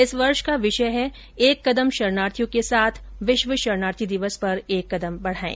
इस वर्ष का विषय है एक कदम शरणार्थियों के साथ विश्व शरणार्थी दिवस पर एक कदम बढ़ाएं